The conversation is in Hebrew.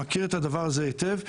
מכיר את הדבר הזה היטב,